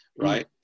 right